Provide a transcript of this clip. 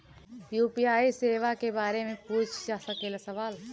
UPI सेवा के बारे में पूछ जा सकेला सवाल?